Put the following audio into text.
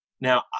now